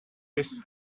his